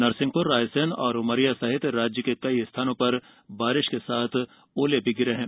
नरसिंहप्ररायसेन और उमरिया सहित राज्य के कई स्थानों पर बारिश के साथ ओले भी गिरे हैं